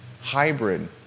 hybrid